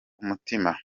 umutima